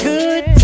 Good